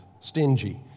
stingy